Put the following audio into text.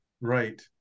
Right